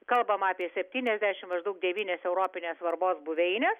kalbama apie septyniasdešim maždaug devynias europinės svarbos buveines